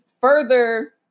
further